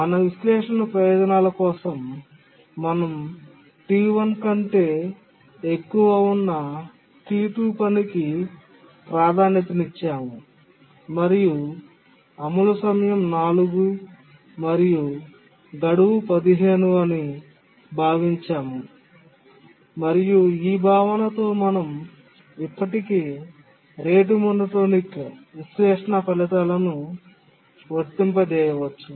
మన విశ్లేషణ ప్రయోజనాల కోసం మనం T1 కంటే ఎక్కువ ఉన్న T2 పనికి ప్రాధాన్యతనిచ్చాము మరియు అమలు సమయం 4 మరియు గడువు 15 అని భావించాము మరియు ఈ భావనతో మనం ఇప్పటికీ రేటు మోనోటోనిక్ విశ్లేషణ ఫలితాలను వర్తింపజేయవచ్చు